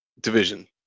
division